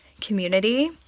community